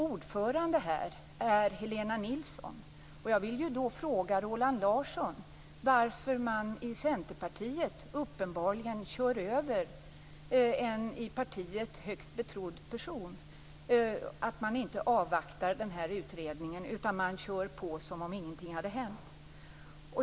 Ordförande är Helena Nilsson. Centerpartiet uppenbarligen kör över en i partiet högt betrodd person, varför man inte avvaktar den här utredningen utan kör på som om ingenting hade hänt.